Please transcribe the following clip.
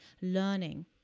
learning